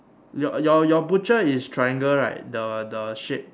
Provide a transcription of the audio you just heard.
your your your butcher is triangle right the the shape